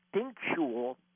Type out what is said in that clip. instinctual